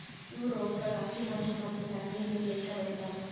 ಇವು ರೋಗಗೊಳ್ ಹಸಿ ಮಣ್ಣು ಮತ್ತ ಚರಂಡಿ ನೀರು ಲಿಂತ್ ಬೆಳಿತಾವ್